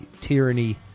tyranny